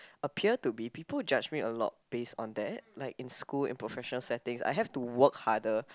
appear to be people judge me a lot based on that like in school in professional settings I have to work harder